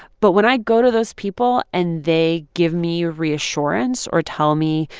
but when i go to those people, and they give me reassurance or tell me,